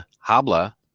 Habla